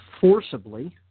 forcibly